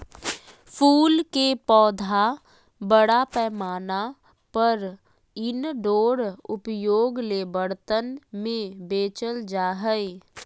फूल के पौधा बड़ा पैमाना पर इनडोर उपयोग ले बर्तन में बेचल जा हइ